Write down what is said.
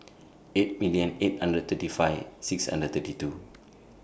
eight million eight hundred thirty five six hundred thirty two